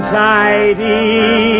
tidy